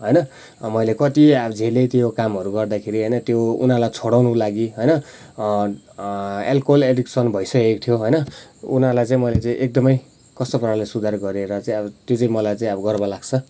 होइन मैले कति अब झेलेँ अब त्यो कामहरू गर्दाखेरि होइन त्यो उनीहरूलाई छोडाउनुको लागि होइन एलकोहल एडिक्सन भइसकेको थियो होइन उनीहरूलाई चाहिँ मैले चाहिँ एकदमै कस्तो पाराले सुधार गरेर चाहिँ अब त्यो चाहिँ मलाई चाहिँ अब गर्व लाग्छ